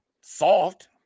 soft